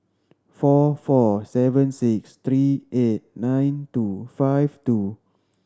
four four seven six three eight nine two five two